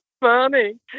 funny